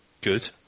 good